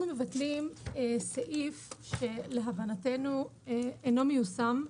אנחנו מבטלים סעיף שלהבנתנו אינו מיושם,